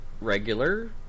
Regular